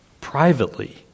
privately